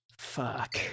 Fuck